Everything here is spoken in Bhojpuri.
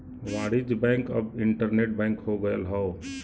वाणिज्य बैंक अब इन्टरनेट बैंक हो गयल हौ